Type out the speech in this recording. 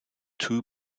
two